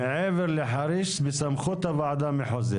מעבר לחריש זה בסמכות הוועדה המחוזית.